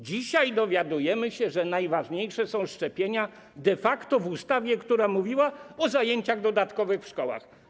Dzisiaj dowiadujemy się, że najważniejsze są szczepienia, de facto w ustawie, która mówiła o zajęciach dodatkowych w szkołach.